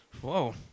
Whoa